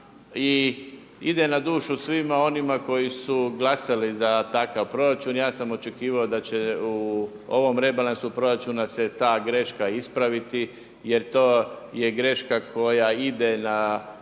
i ide na dušu svima onima koji su glasali za takav proračun. Ja sam očekivao da će se u ovom rebalansu proračuna se ta greška ispraviti jer to je greška koja ide na